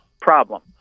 problem